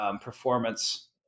performance